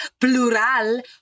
plural